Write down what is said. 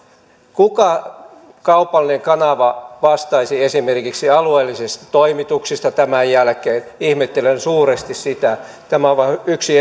kuka kaupallinen kanava vastaisi esimerkiksi alueellisista toimituksista tämän jälkeen ihmettelen suuresti sitä tämä on vain yksi